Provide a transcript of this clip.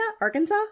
Arkansas